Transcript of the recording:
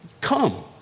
come